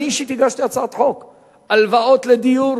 אני אישית הגשתי הצעת חוק הלוואות לדיור